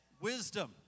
wisdom